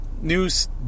news